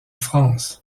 france